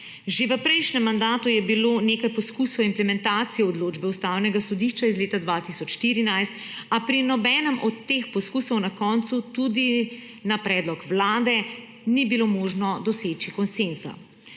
Že v prejšnjem mandatu je bilo nekaj poizkusov implementacije odločbe Ustavnega sodišča iz leta 2014, a pri nobenem od teh poizkusov na koncu tudi na predlog Vlade ni bilo možno doseči konsenza.